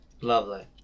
Lovely